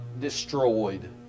destroyed